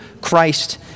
Christ